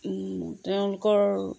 তেওঁলোকৰ